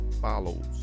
follows